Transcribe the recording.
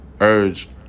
urged